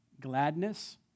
gladness